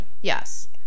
Yes